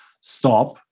Stop